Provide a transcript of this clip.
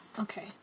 Okay